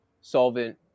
solvent